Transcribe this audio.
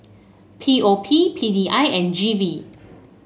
P O P P D I and G V